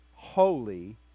Holy